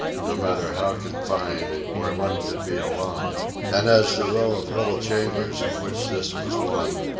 no matter how confined, where one could be alone and as the row of little chambers of which this was one,